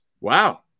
Wow